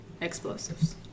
Explosives